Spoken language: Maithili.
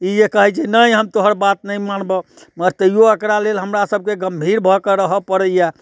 ई जे कहै छै नहि हम तोहर बात नहि मानबौ मर तैयो एकरा लेल हमरा सबके गम्भीर भऽ कऽ रहऽ पड़ैये